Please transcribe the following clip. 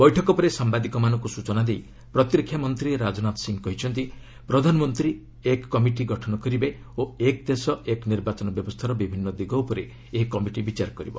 ବୈଠକ ପରେ ସାମ୍ଘାଦିକ ମାନଙ୍କୁ ସୂଚନାଦେଇ ପ୍ରତିରକ୍ଷାମନ୍ତ୍ରୀ ରାଜନାଥ ସିଂହ କହିଛନ୍ତି ପ୍ରଧାନମନ୍ତ୍ରୀ ଏକ କମିଟି ଗଠନ କରିବେ ଓ ଏକ୍ ଦେଶ ଏକ୍ ନିର୍ବାଚନ ବ୍ୟବସ୍ଥାର ବିଭିନ୍ନ ଦିଗ ଉପରେ ଏହି କମିଟି ବିଚାର କରିବ